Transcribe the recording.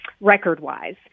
record-wise